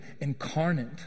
incarnate